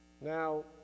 Now